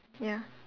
ya